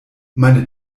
meine